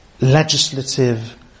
legislative